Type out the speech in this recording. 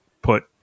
put